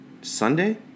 Sunday